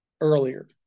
earlier